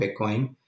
bitcoin